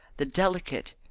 the delicate,